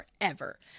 forever